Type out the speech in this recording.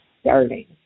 starting